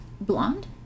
blonde